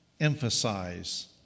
emphasize